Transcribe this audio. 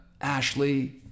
Ashley